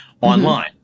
online